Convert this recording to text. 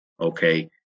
okay